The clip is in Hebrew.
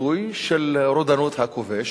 ביטוי של רודנות הכובש,